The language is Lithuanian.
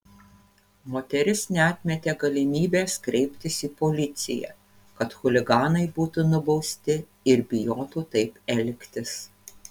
moteris neatmetė galimybės kreiptis į policiją kad chuliganai būtų nubausti ir bijotų taip elgtis